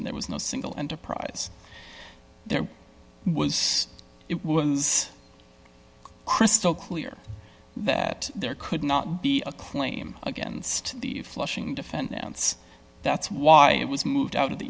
and there was no single enterprise there was it was crystal clear that there could not be a claim against the flushing defendants that's why it was moved out of the